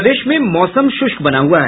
प्रदेश में मौसम शुष्क बना हुआ है